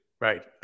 Right